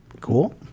Cool